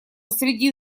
среди